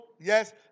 Yes